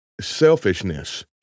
selfishness